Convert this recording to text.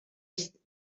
est